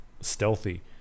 stealthy